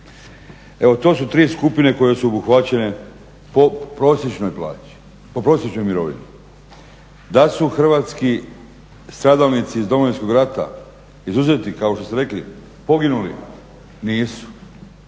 Evo to su tri skupine koje su obuhvaćene po prosječnoj plaći, po prosječnoj mirovini. Da su hrvatski stradalnici iz Domovinskog rata izuzeti kao što ste rekli, poginuli nisu.